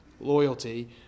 loyalty